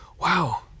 wow